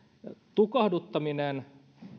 tukahduttaminen